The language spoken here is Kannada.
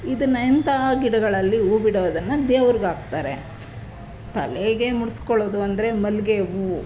ಇದನ್ನು ಇಂಥ ಗಿಡಗಳಲ್ಲಿ ಹೂವು ಬಿಡೋದನ್ನು ದೇವ್ರ್ಗೆ ಹಾಕ್ತಾರೆ ತಲೆಗೆ ಮುಡಿಸ್ಕೊಳ್ಳೋದು ಅಂದರೆ ಮಲ್ಲಿಗೆ ಹೂವು